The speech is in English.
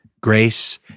Grace